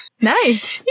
Nice